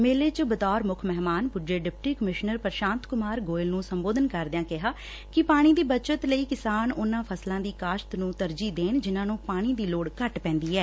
ਮੇਲੇ ਚ ਬਤੌਰ ਮੁੱਖ ਮਹਿਮਾਨ ਪੁੱਜੇ ਡਿਪਟੀ ਕਮਿਸ਼ਨਰ ਪ੍ਰਸਾਂਤ ਕੁਮਾਰ ਗੋਇਲ ਨੂੰ ਸੰਬੋਧਨ ਕਰਦਿਆਂ ਕਿਹਾ ਕਿ ਪਾਣੀ ਦੀ ਬੱਚਤ ਲਈ ਕਿਸਾਨ ਉਨਾਂ ਫਸਲਾਂ ਦੀ ਕਾਸ਼ਤ ਨੰ ਤਰਜੀਹ ਦੇਣ ਜਿਨਾਂ ਨੰ ਪਾਣੀ ਦੀ ਲੋਤ ਘੱਟ ਪੈਂਦੀ ਏ